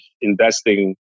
investing